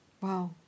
Wow